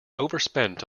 overspent